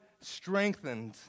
strengthened